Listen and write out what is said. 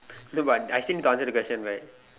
no but I still need to answer the question right